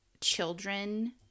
children